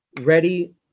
ready